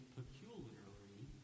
peculiarly